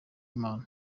imana